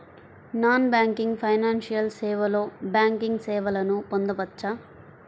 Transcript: Non banking financial సేవలో banking సేవలను పొందవచ్చా?